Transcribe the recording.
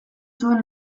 zuen